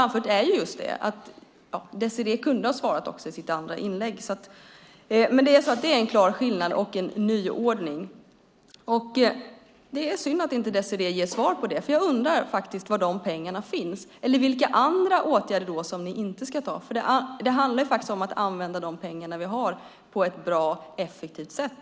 Men Désirée kunde ha svarat i sitt andra inlägg. Det är i alla fall fråga om en klar skillnad och om en nyordning. Det är synd att du, Désirée, inte ger ett svar om det, för jag undrar var de pengarna finns eller vilka åtgärder som ni inte ska vidta. Det handlar om att använda de pengar som vi har på ett bra och effektivt sätt.